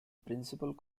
principal